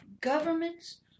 governments